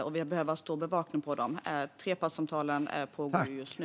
Vi behöver ha stor bevakning på dem. Trepartssamtalen pågår just nu.